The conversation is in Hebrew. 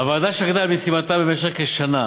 הוועדה שקדה על משימתה במשך כשנה,